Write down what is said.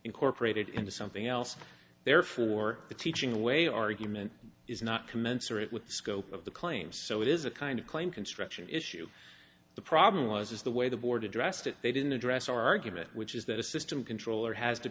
incorporated into something else therefore the teaching away argument is not commensurate with the scope of the claim so it is a kind of claim construction issue the problem was is the way the board addressed it they didn't address the argument which is that a system controller has to